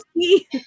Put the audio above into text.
see